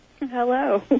Hello